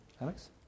Alex